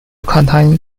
contain